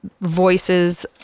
voices